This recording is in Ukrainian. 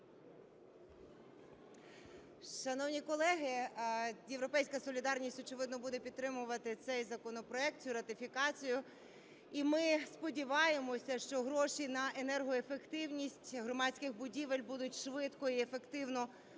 Шановні колеги, "Європейська солідарність" очевидно буде підтримувати цей законопроект, цю ратифікацію. І ми сподіваємося, що гроші на енергоефективність громадських будівель будуть швидко і ефективно використані.